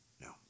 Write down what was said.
No